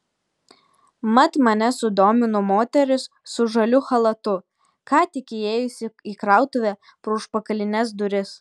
mat mane sudomino moteris su žaliu chalatu ką tik įėjusi į krautuvę pro užpakalines duris